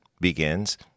begins